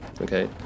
okay